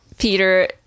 Peter